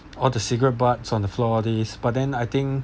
all the cigarette butts on the floor all this but then I think